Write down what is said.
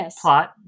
plot